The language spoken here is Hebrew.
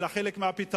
אלא חלק מהפתרון.